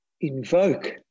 invoke